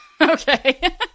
okay